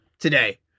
Today